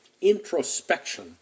introspection